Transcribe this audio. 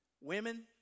women